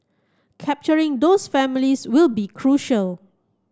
capturing those families will be crucial